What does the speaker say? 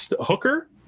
hooker